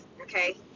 okay